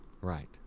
Right